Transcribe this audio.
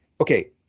Okay